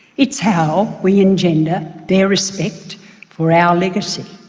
it's how we engender their respect for our legacy.